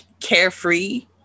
carefree